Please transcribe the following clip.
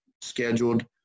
scheduled